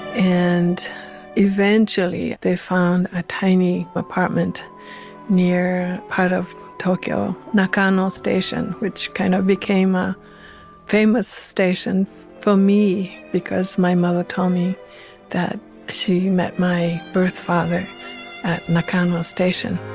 and eventually they found a tiny apartment near part of tokyo nakano station, which kind of became a famous station for me because my mother told me that she met my birth father at nakamura's station